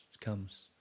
comes